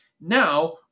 Now